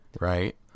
Right